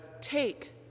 Take